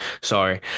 sorry